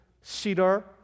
cedar